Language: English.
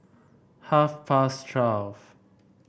half past twelve